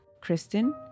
Kristen